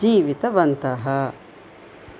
जीवितवन्तः